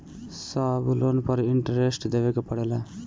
सब लोन पर इन्टरेस्ट देवे के पड़ेला?